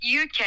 UK